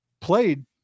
played